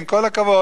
עם כל הכבוד,